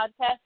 podcast